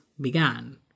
began